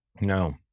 No